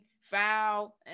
foul